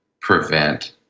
prevent